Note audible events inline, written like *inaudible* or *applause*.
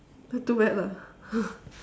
then too bad lah *laughs*